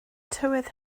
tywydd